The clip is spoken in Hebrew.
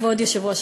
כבוד היושב-ראש,